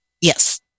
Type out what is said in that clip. Yes